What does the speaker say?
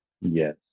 Yes